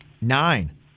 Nine